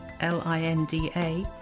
L-I-N-D-A